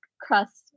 crust